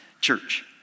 church